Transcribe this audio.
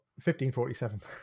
1547